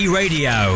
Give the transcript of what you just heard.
radio